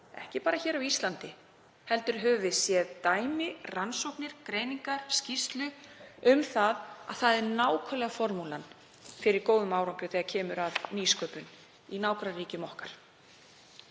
ekki bara hér á Íslandi, heldur höfum við séð dæmi, rannsóknir, greiningar og skýrslur um að það er nákvæmlega formúlan að góðum árangri þegar kemur að nýsköpun í nágrannaríkjum okkar.